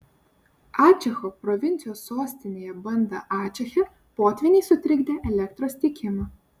ačecho provincijos sostinėje banda ačeche potvyniai sutrikdė elektros tiekimą